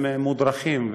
הם מודרכים,